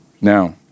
Now